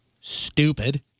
stupid